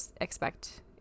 expect